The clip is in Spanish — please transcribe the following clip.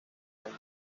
año